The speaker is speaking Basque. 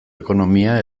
ekonomia